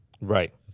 Right